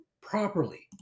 properly